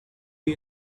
you